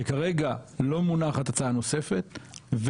שכרגע לא מונחת הצעה נוספת,